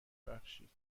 ببخشید